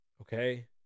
Okay